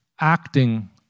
acting